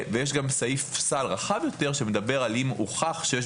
ויש גם סעיף סל רחב יותר שאומר שאם הוכח שיש